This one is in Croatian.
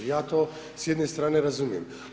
Ja to s jedne strane razumijem.